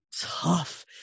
Tough